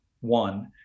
one